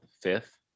fifth